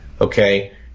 Okay